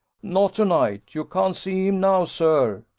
not to-night you can't see him now, sir.